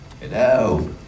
Hello